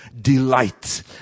delight